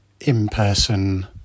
in-person